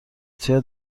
سیاه